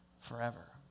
forever